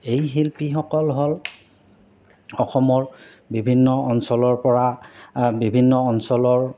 এই শিল্পীসকল হ'ল অসমৰ বিভিন্ন অঞ্চলৰ পৰা বিভিন্ন অঞ্চলৰ